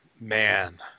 man